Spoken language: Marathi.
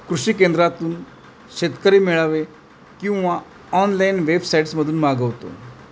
कृषी केंद्रातून शेतकरी मेळावे किंवा ऑनलाईन वेबसाईट्समधून मागवतो